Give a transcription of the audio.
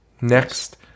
Next